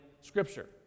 Scripture